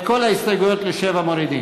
את כל ההסתייגויות ל-7 מורידים?